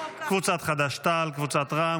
חברי הכנסת יאיר לפיד,